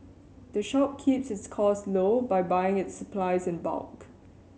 the shop keeps its costs low by buying its supplies in bulk